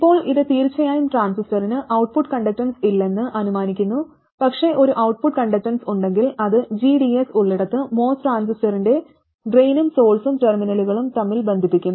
ഇപ്പോൾ ഇത് തീർച്ചയായും ട്രാൻസിസ്റ്ററിന് ഔട്ട്പുട്ട് കണ്ടക്ടൻസ് ഇല്ലെന്ന് അനുമാനിക്കുന്നു പക്ഷേ ഒരു ഔട്ട്പുട്ട് കണ്ടക്ടൻസ് ഉണ്ടെങ്കിൽ അത് gds ഉള്ളിടത്ത് MOS ട്രാൻസിസ്റ്ററിന്റെ ഡ്രെയിനും സോഴ്സ് ടെർമിനലുകളും തമ്മിൽ ബന്ധിപ്പിക്കും